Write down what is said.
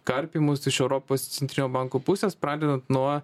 karpymus iš europos centrinio banko pusės pradedant nuo